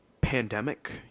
pandemic